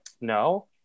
no